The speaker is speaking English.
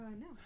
no